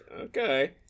Okay